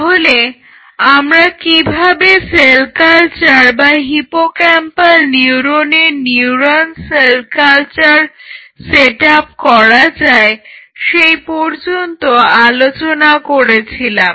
তাহলে আমরা কিভাবে সেল কালচার বা হিপোক্যাম্পাল নিউরনের নিউরাল সেল কালচার সেটআপ করা যায় সেই পর্যন্ত আলোচনা করেছিলাম